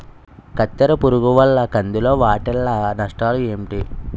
కత్తెర పురుగు వల్ల కంది లో వాటిల్ల నష్టాలు ఏంటి